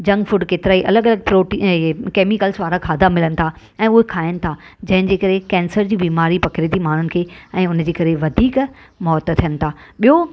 junk food केतिरा ई अलॻि अलॻि प्रॉटी इहे केमिकल्स वारा खाधा मिलनि था ऐं उहे खाइनि था जंहिंजे करे केन्सर जी बीमारी पकिड़े थी माण्हुनि खे ऐं उनजे करे वधीक मौतु थियनि था ॿियो